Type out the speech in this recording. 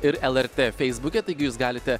ir lrt feisbuke taigi jūs galite